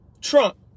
Trump